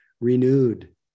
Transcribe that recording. renewed